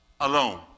alone